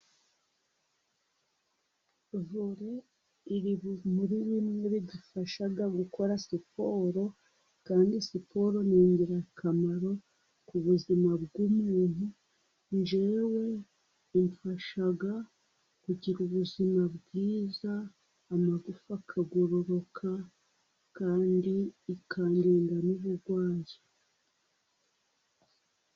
Vore iri bu muri bimwe bidufasha gukora siporo kandi siporo ni ingirakamaro ku buzima bw'umuntu, njyewe yafashaga kugira ubuzima bwiza amagufa akagororoka kandi ikandinda n'uburwayi.